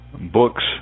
books